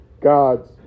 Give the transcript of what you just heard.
God's